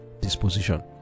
Disposition